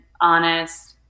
honest